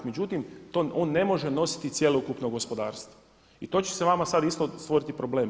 Međutim, on ne može nositi cjelokupno gospodarstvo i to će se vama sad isto stvoriti problem.